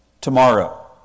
tomorrow